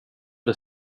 det